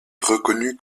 reconnue